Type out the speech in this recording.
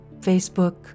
Facebook